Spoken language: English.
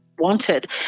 wanted